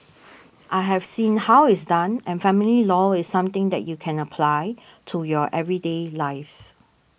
I have seen how it's done and family law is something that you can apply to your everyday life